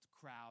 crowd